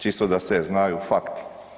Čisto da se znaju fakti.